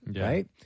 Right